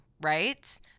right